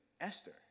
Esther